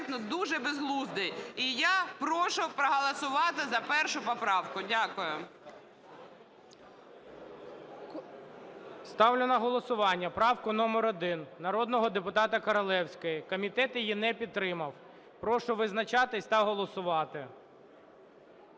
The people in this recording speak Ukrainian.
дуже безглуздий. І я прошу проголосувати за першу поправку. Дякую. ГОЛОВУЮЧИЙ. Ставлю на голосування правку номер 1 народного депутата Королевської. Комітет її не підтримав. Прошу визначатись та голосувати.